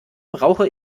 brauche